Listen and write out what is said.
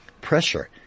pressure